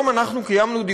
היום אנחנו קיימנו דיונים,